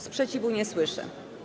Sprzeciwu nie słyszę.